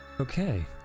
Okay